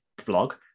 vlog